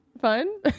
fun